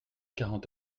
quarante